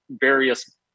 various